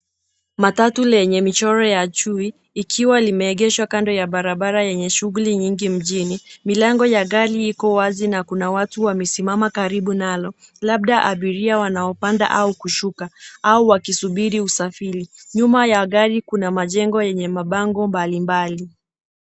Matatu lenye michoro ya chui, ikiwa limeegeshwa kando ya barabara yenye shughuli mingi mjini. Milango ya gari iko wazi na kuna watu wamesimama karibu nalo, labda abiria wanaopanda au kushuka au wakisubiri usafiri. Nyuma ya gari kuna majengo yenye mabango mbalimbali.